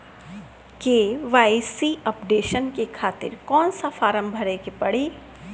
KYC updation के खातिर कौन सा फारम भरे के पड़ी?